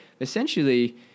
Essentially